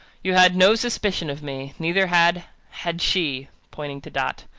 you had no suspicion of me neither had had she, pointing to dot,